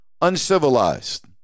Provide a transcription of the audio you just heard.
uncivilized